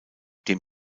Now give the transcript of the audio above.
dem